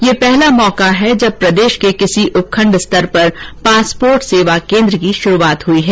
यह पहला मौका है जब प्रदेष के किसी उपखंड स्तर पर पासपोर्ट सेवा केंद्र की शुरूआत हुई है